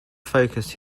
focused